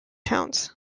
towns